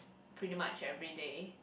pretty much everyday